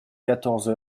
quatorze